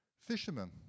Fishermen